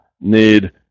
need